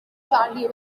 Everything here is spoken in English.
charlie